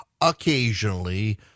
occasionally